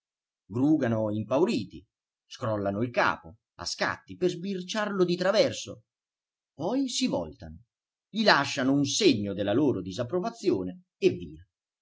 grugano impauriti scrollano il capo a scatti per sbirciarlo di traverso poi si voltano gli lasciano un segno della loro disapprovazione e via